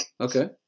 Okay